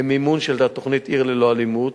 במימון של התוכנית "עיר ללא אלימות",